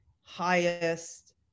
highest